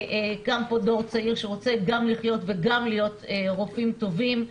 קם פה דור צעיר שרוצה גם לחיות וגם להיות רופאים טובים.